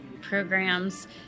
programs